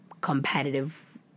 competitive